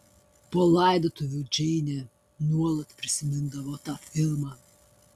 po laidotuvių džeinė nuolat prisimindavo tą filmą